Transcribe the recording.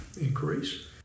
increase